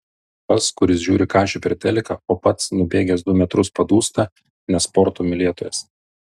tas kuris žiūri kašį per teliką o pats nubėgęs du metrus padūsta ne sporto mylėtojas